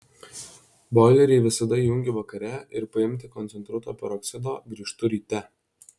boilerį visada įjungiu vakare ir paimti koncentruoto peroksido grįžtu ryte